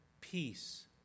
peace